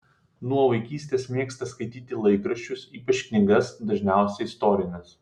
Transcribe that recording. nuo vaikystės mėgsta skaityti laikraščius ypač knygas dažniausiai istorines